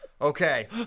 Okay